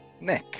Nick